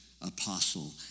apostle